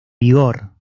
vigor